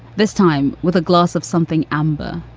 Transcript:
this time with a glass of something. amber,